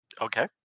Okay